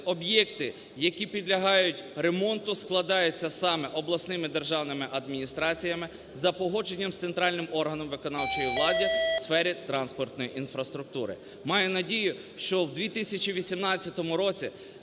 об'єкти, які підлягають ремонту, складаються саме обласними державними адміністраціями за погодженням з Центральним органом виконавчої влади у сфері транспортної інфраструктури. Маю надію, що у 2018 році